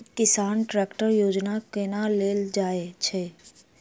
किसान ट्रैकटर योजना केना लेल जाय छै?